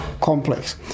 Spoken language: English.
complex